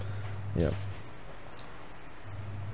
ya